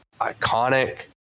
iconic